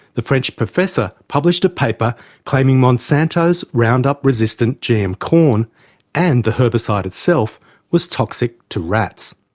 the french professor published a paper claiming monsanto's roundup-resistant gm corn and the herbicide itself was toxic to rats.